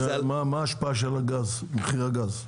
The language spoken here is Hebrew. מה ההשפעה של מחיר הגז?